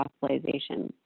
hospitalization